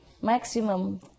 Maximum